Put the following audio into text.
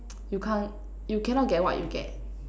you can't you cannot get what you get